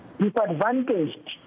disadvantaged